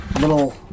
little